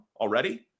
already